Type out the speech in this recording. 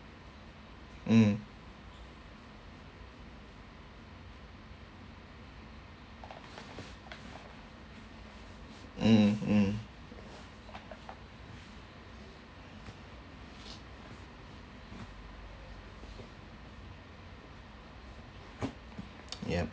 mm mm mm yup